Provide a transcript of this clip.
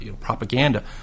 propaganda